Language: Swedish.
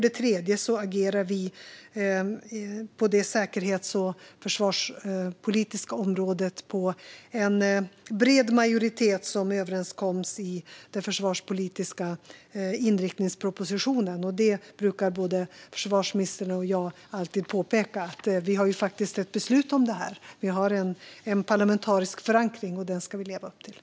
Slutligen agerar vi på det säkerhets och försvarspolitiska området med stöd av en bred majoritet som står bakom den försvarspolitiska inriktningspropositionen. Både försvarsministern och jag brukar påpeka att vi har ett beslut om detta. Vi har en parlamentarisk förankring, och den ska vi leva upp till.